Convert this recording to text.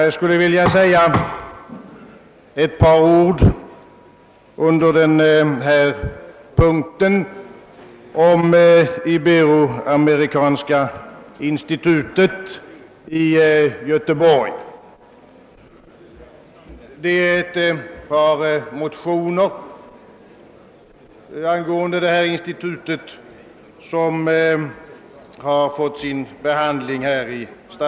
Jag skulle vilja säga några ord om det motionspar angående det Ibero-amerikanska institutet i Göteborg som behandlas under denna punkt.